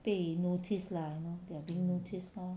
被 noticed lah you know they're being noticed lor